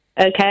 Okay